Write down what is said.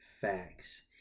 facts